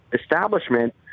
establishment